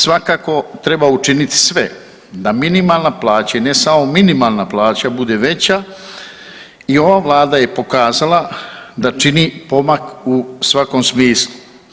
Svakako treba učiniti sve da minimalna plaća i ne samo minimalna plaća bude veća i ova Vlada je pokazala da čini pomak u svakom smislu.